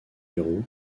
héros